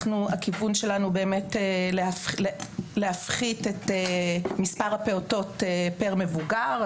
הכיוון שלנו באמת להפחית את מספר הפעוטות פר מבוגר.